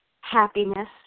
happiness